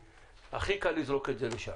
הכי קל לזרוק את זה לשם.